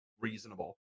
reasonable